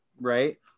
right